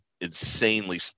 insanely